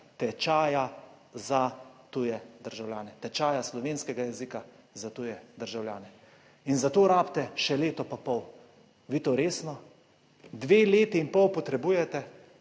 tečaja za tuje državljane, tečaja slovenskega jezika za tuje državljane. In za to rabite še leto pa pol. Vi to resno? Dve leti in pol potrebujete,